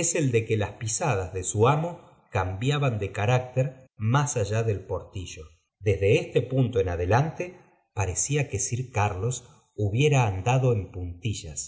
es ei de que las pisadas de su amo cambiaban de carácter más auá del portillo desde este punto en adelante parecía que sir carlos hubiera andado en puntillas